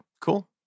cool